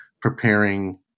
preparing